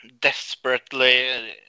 desperately